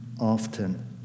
often